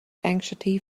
anxiety